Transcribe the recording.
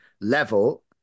level